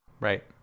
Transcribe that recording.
Right